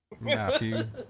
Matthew